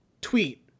Tweet